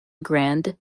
grand